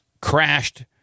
crashed